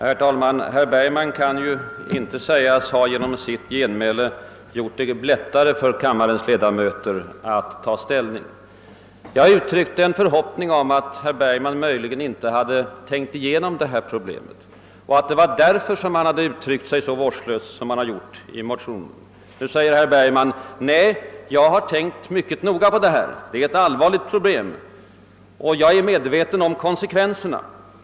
Herr talman! Herr Bergman kan inte sägas genom sitt genmäle ha gjort det lättare för kammarens ledamöter att ta ställning. Jag uttalade en förhoppning om att herr Bergman inte hade tänkt igenom det här problemet och att det var därför som han uttryckte sig så vårdslöst som han gjorde i motionen. Nu säger herr Bergman att han har tänkt igenom saken mycket noga, att det är ett allvarligt problem och att han är medveten om konsekvenserna.